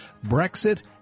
Brexit